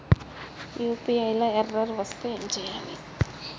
UPI లా error వస్తే ఏం చేయాలి?